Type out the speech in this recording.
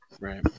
right